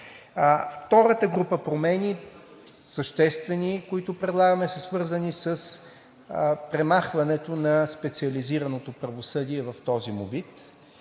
Втората група съществени промени, които предлагаме, са свързани с премахването на специализираното правосъдие в този му вид